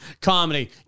Comedy